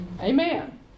Amen